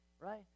right